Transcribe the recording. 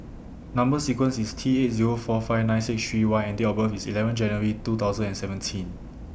Number sequence IS T eight Zero four five nine six three Y and Date of birth IS eleven January two thousand and seventeen